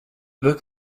book